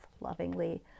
lovingly